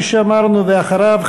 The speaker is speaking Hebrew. ואחריו,